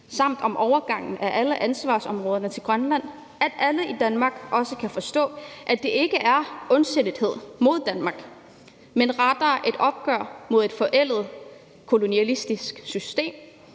samt om overgangen af alle ansvarsområderne til Grønland, også kan forstå, at det ikke er ondsindethed mod Danmark, men rettere et opgør mod et forældet kolonialistisk system,